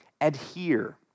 Adhere